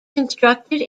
constructed